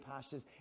pastures